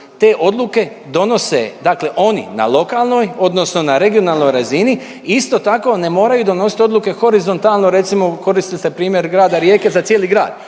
te odluke donose dakle oni na lokalnoj odnosno na regionalnoj razini isto tako ne moraju donositi odluke horizontalno. Recimo, koristili ste primjer Grada Rijeke za cijeli grad